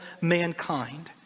mankind